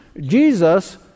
Jesus